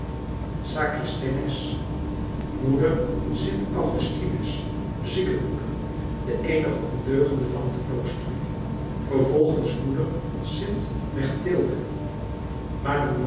sacristijnes moeder st augustinus ziekenmoeder de eenige ondeugende van het klooster vervolgens moeder st mechtilde